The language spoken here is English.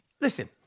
Listen